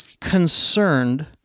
concerned